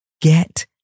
get